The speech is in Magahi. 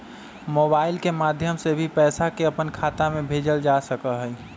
मोबाइल के माध्यम से भी पैसा के अपन खाता में भेजल जा सका हई